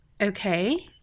Okay